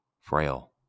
frail